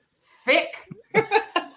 thick